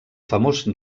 famós